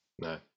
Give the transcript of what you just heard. no